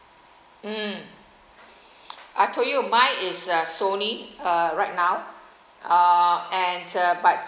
mm I told you mine is uh sony uh right now uh and uh but